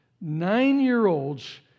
nine-year-olds